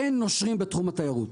אין נושרים בתחום התיירות.